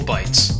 Bites